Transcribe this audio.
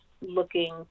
looking